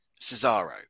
Cesaro